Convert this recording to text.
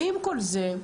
עם כל זה,